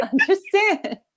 understand